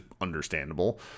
understandable